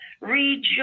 rejoice